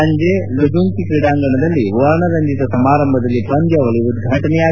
ಸಂಜೆ ಲುಜುಂಕಿ ಕ್ರೀಡಾಂಗಣದಲ್ಲಿ ವರ್ಣರಂಜಿತ ಸಮಾರಂಭದಲ್ಲಿ ಪಂದ್ಲಾವಳಿ ಉದ್ಘಾಟನೆಯಾಗಲಿದ್ಲು